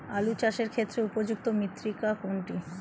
আলু চাষের ক্ষেত্রে উপযুক্ত মৃত্তিকা কোনটি?